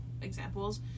examples